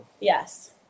Yes